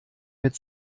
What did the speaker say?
mit